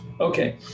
Okay